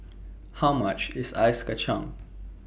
How much IS Ice Kacang